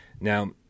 now